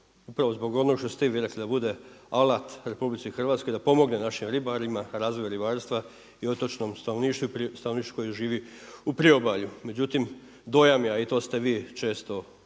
upravo zbog onog što ste i vi rekli, da bude alat RH, da pomogne našim ribarima, razvoju ribarstva i otočnom stanovništvu i stanovništvu koje živi u priobalju. Međutim, dojam je a i to ste vi često u